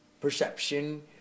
perception